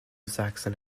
saxon